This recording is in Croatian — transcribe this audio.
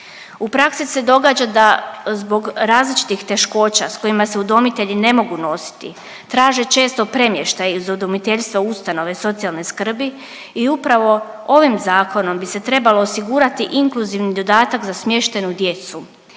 U praksi se događa da zbog različitih teškoća sa kojima se udomitelji ne mogu nositi traže često premještaj iz udomiteljstva u ustanove socijalne skrbi i upravo ovim zakonom bi se trebalo osigurati inkluzivni dodatak za smještajnu djecu.